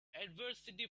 adversity